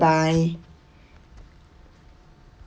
bye